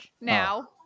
now